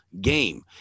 game